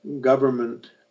government